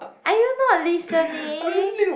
are you not listening